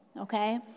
okay